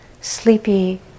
sleepy